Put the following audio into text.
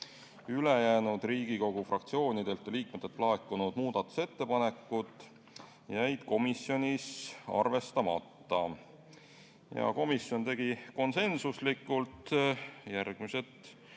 Ülejäänud Riigikogu fraktsioonidelt ja liikmetelt laekunud muudatusettepanekud jäid komisjonis arvestamata. Komisjon tegi konsensuslikult järgmised